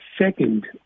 second